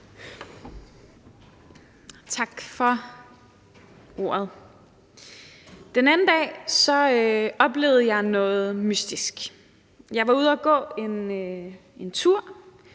Tak for ordet. Den anden dag oplevede jeg noget mystisk. Jeg var ude at gå en tur,